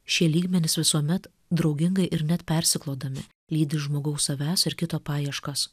šie lygmenys visuomet draugingai ir net persiklodami lydi žmogaus savęs ir kito paieškas